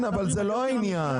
אבל זה לא העניין.